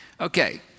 Okay